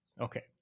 Okay